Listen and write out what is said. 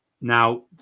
Now